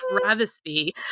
travesty